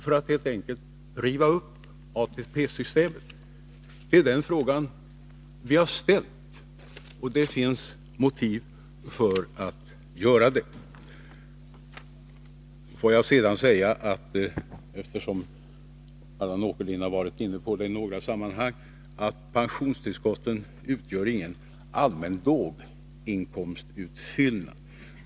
Är ni helt enkelt ute efter att riva upp ATP-systemet? Det är den frågan vi har ställt, och det finns motiv för att göra det. Får jag sedan säga — eftersom Allan Åkerlind har varit inne på det i några sammanhang — att pensionstillskotten inte utgör någon allmän låginkomstutfyllnad.